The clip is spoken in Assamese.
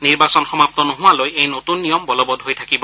নিৰ্বাচন সমাপ্ত নোহোৱালৈ এই নতুন নিয়ম বলৱৎ হৈ থাকিব